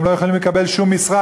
הם לא יכולים לקבל שום משרה,